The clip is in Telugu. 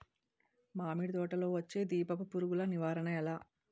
మామిడి తోటలో వచ్చే దీపపు పురుగుల నివారణ ఎలా?